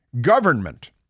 government